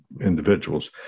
individuals